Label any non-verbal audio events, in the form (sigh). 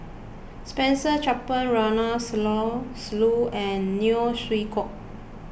Spencer Chapman Ronald (unintelligible) Susilo and Neo Chwee Kok